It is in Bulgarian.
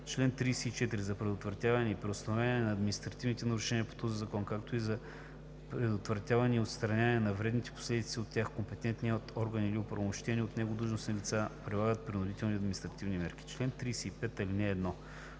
Чл. 34. За предотвратяване и преустановяване на административните нарушения по този закон, както и за предотвратяване и отстраняване на вредните последици от тях, компетентният орган или оправомощени от него длъжностни лица прилагат принудителни административни мерки. Чл. 35.